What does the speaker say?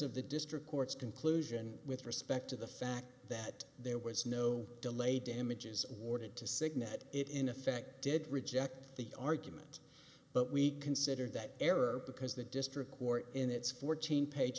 of the district court's conclusion with respect to the fact that there was no delay damages awarded to signal that it in effect did reject the argument but we considered that error because the district court in its fourteen page